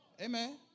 Amen